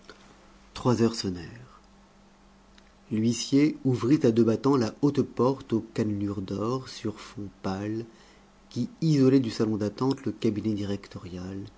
trois heures sonnèrent l'huissier ouvrit à deux battants la haute porte aux cannelures d'or sur fond pâle qui isolait du salon d'attente le cabinet directorial